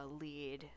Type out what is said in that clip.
lead